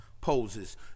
poses